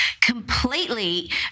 completely